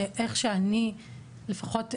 שאיך שאני לפחות רואה,